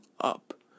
up